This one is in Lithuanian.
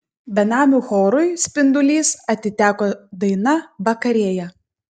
benamių chorui spindulys atiteko daina vakarėja